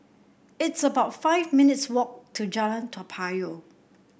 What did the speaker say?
it's about five minutes' walk to Jalan Toa Payoh